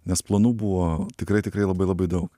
nes planų buvo tikrai tikrai labai labai daug